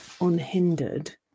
unhindered